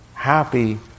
Happy